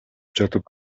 жатып